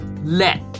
Let